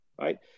right